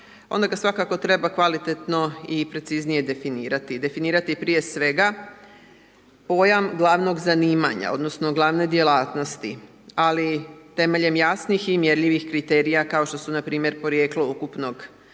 onda ga svakako treba kvalitetno i preciznije definirati, definirati prije svega pojam glavnog zanimanja odnosno glavne djelatnosti, ali temeljem jasnih i mjerljivih kriterija, kao što su npr. porijeklo ukupnog